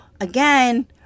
again